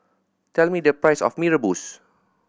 tell me the price of Mee Rebus